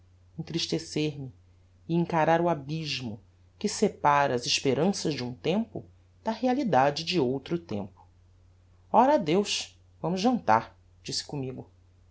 entristecer me e encarar o abysmo que separa as esperanças de um tempo da realidade de outro tempo ora adeus vamos jantar disse commigo